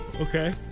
Okay